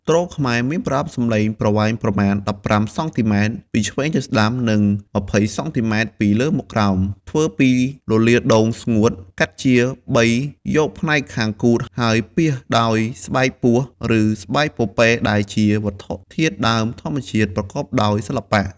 ទ្រខ្មែរមានប្រអប់សំឡេងប្រវែងប្រមាណ ១៥ សង់ទីម៉ែត្រ. ពីឆ្វេងទៅស្តាំ និង ២០ សង់ទីម៉ែត្រ. ពីលើមកក្រោម ធ្វើពីលលាដ៍ដូងស្ងួតកាត់ជាបីយកផ្នែកខាងគូទហើយពាសដោយស្បែកពស់ឬស្បែកពពែដែលជាវត្ថុធាតុដើមធម្មជាតិប្រកបដោយសិល្បៈ។